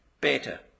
better